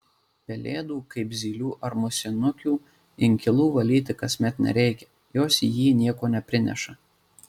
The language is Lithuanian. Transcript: pelėdų kaip zylių ar musinukių inkilų valyti kasmet nereikia jos į jį nieko neprineša